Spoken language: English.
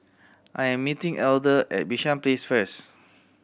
I'm meeting Elder at Bishan Place first